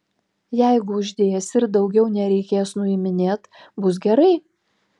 jeigu uždėsi ir daugiau nereikės nuiminėt bus gerai